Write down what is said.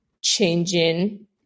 changing